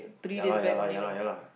ya lah ya lah ya lah